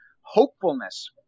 hopefulness